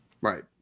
right